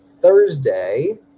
Thursday